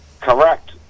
Correct